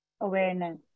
Awareness